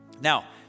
Now